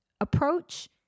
approach